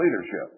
leadership